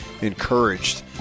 encouraged